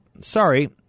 sorry